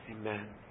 Amen